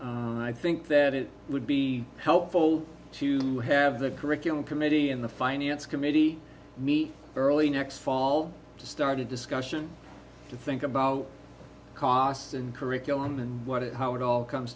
and i think that it would be helpful to have the curriculum committee in the finance committee meet early next fall to start a discussion to think about costs and curriculum and what it how it all comes